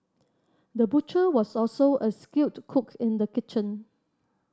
the butcher was also a skilled cook in the kitchen